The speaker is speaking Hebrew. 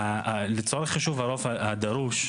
לצורך חישוב הגודל הדרוש.